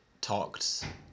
talked